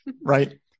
right